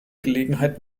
gelegenheit